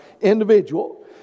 individual